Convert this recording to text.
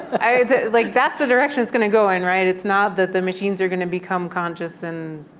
i like that's the direction it's going to go in, right? it's not that the machines are going to become conscious and,